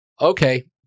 Okay